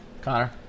Connor